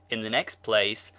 in the next place,